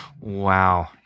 Wow